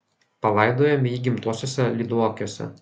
palaidojome jį gimtuosiuose lyduokiuose